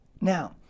Now